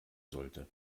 sollte